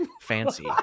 fancy